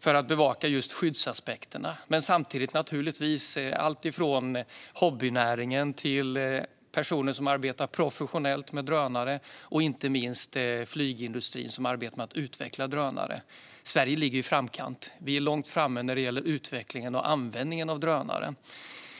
för att bevaka just skyddsaspekterna. Men det handlar naturligtvis om alltifrån hobbynäringen till personer som arbetar professionellt med drönare, inte minst flygindustrin som arbetar med att utveckla drönare. Sverige ligger i framkant. Vi är långt framme när det gäller utvecklingen och användningen av drönare.